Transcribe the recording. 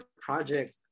project